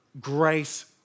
grace